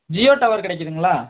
Jio tower கிடைக்குதுங்களா